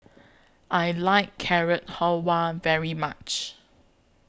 I like Carrot Halwa very much